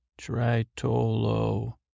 Tritolo